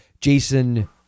jason